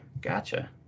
gotcha